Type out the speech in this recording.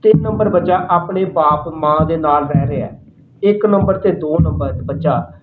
ਤਿੰਨ ਨੰਬਰ ਬੱਚਾ ਆਪਣੇ ਬਾਪ ਮਾਂ ਦੇ ਨਾਲ਼ ਰਹਿ ਰਿਹਾ ਇੱਕ ਨੰਬਰ ਅਤੇ ਦੋ ਨੰਬਰ ਬੱਚਾ